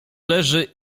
leży